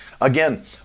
Again